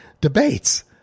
debates